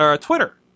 twitter